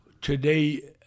today